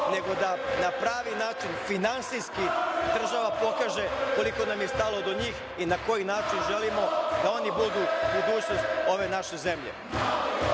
nego da na pravi način finansijski država pokaže koliko nam je stalo do njih i na koji način želimo da oni budu budućnost ove naše zemlje. Treći